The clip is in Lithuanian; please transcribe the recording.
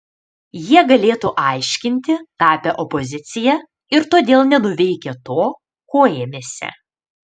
jie galėtų aiškinti tapę opozicija ir todėl nenuveikę to ko ėmėsi